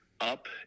up